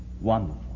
Wonderful